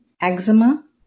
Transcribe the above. eczema